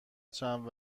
چند